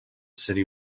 city